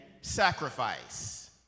sacrifice